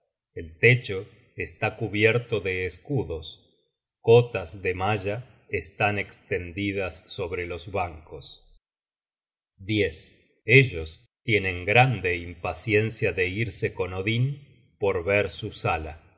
el techo está cubierto de escudos cotas de malla están estendidas sobre los bancos ellos tienen grande impaciencia de irse con odin por ver su sala